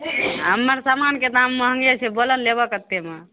हमर समानके दाम महँगे छै बोलऽ ने लेबऽ कतेकमे